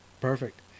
perfect